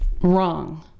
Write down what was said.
wrong